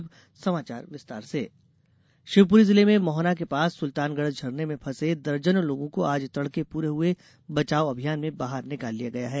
बचाव अभियान शिवपुरी जिले में मोहना के पास सुल्तानगढ़ झरने मे फसे दर्जनों लोगों को आज तड़के पूरे हुए बचाव अभियान में बाहर निकाल लिया गया है